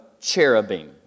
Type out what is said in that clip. cherubim